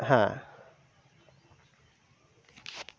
হ্যাঁ